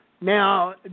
Now